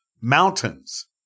mountains